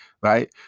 Right